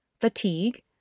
fatigue